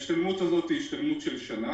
זאת השתלמות שאורכת שנה,